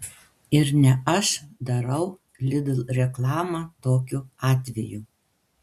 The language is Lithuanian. ir ne aš darau lidl reklamą tokiu atveju